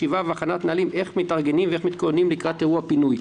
חשיבה והכנת נהלים איך מתארגנים ואיך מתכוננים לקראת אירוע פינוי.